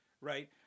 Right